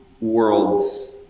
worlds